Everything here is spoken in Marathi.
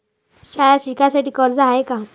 शाळा शिकासाठी कर्ज हाय का?